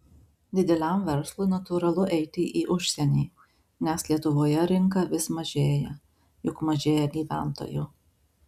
dideliam verslui natūralu eiti į užsienį nes lietuvoje rinka vis mažėja juk mažėja gyventojų